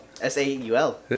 S-A-U-L